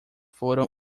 foram